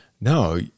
no